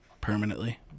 Permanently